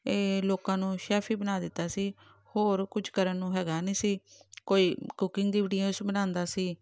ਇਹ ਲੋਕਾਂ ਨੂੰ ਸ਼ੈਫ ਵੀ ਬਣਾ ਦਿੱਤਾ ਸੀ ਹੋਰ ਕੁਝ ਕਰਨ ਨੂੰ ਹੈਗਾ ਨਹੀਂ ਸੀ ਕੋਈ ਕੁਕਿੰਗ ਦੀ ਵੀਡੀਓਸ਼ ਬਣਾਉਂਦਾ ਸੀ